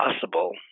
possible